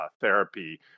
therapy